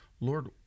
Lord